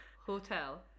Hotel